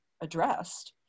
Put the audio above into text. addressed